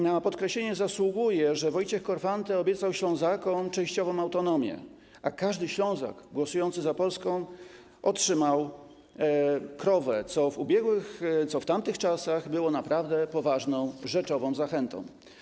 Na podkreślenie zasługuje, że Wojciech Korfanty obiecał Ślązakom częściową autonomię, a każdy Ślązak głosujący za Polską otrzymał krowę, co w tamtych czasach było naprawdę poważną, rzeczową zachętą.